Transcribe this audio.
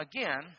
again